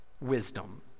wisdom